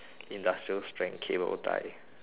industrial strength cable tie